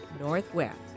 Northwest